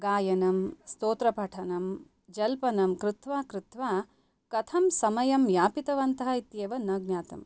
गायनं स्तोत्रपठनं जल्पनं कृत्वा कृत्वा कथं समयं यापितवन्तः इत्येव न ज्ञातम्